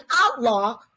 outlaw